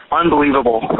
unbelievable